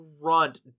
front